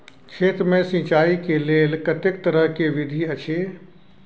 खेत मे सिंचाई के लेल कतेक तरह के विधी अछि?